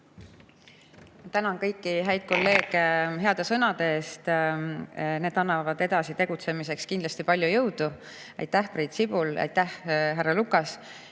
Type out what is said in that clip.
Tänan kõiki häid kolleege heade sõnade eest! Need annavad edasi tegutsemiseks kindlasti palju jõudu. Aitäh, Priit Sibul! Aitäh, härra Lukas!